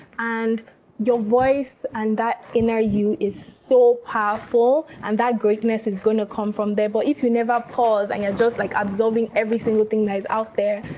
and your voice, and that inner you, is so powerful. and that greatness is going to come from there. but if you never pause, and you're yeah just like absorbing every single thing that is out there,